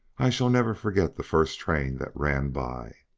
i shall never forget the first train that ran by.